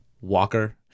Walker